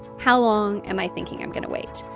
how long am i thinking i'm going to wait?